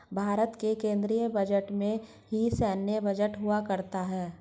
भारत के केन्द्रीय बजट में ही सैन्य बजट हुआ करता है